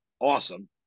awesome